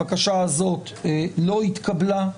הבקשה הזאת לא התקבלה.